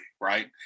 right